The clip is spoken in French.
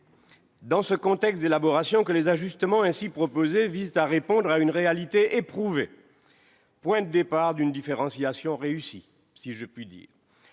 dans ce contexte d'élaboration, que les ajustements ainsi proposés visent à répondre à une réalité éprouvée, point de départ d'une différenciation réussie, si je puis dire.